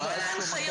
כל הכבוד.